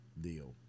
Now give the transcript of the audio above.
deal